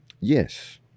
Yes